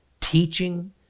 teaching